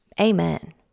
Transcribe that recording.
Amen